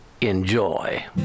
Enjoy